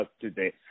today